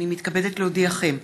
הינני מתכבדת להודיעכם,